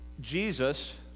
Jesus